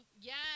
Yes